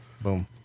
Boom